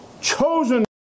chosen